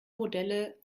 modelle